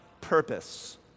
purpose